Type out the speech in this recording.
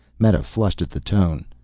meta flushed at the tone.